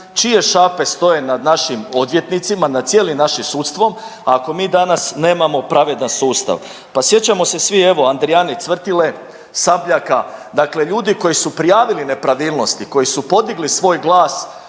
čije šape stoje nad našim odvjetnicima nad cijelim našim sudstvom ako mi danas nemamo pravedan sustav. Pa sjećamo se svi evo Andrijane Cvrtile, Sabljaka dakle ljudi koji su prijavili nepravilnosti koji su podigli svoj glas